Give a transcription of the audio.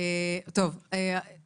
עמיחי תמיר,